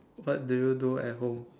what do you do at home